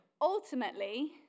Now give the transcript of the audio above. ultimately